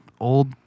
old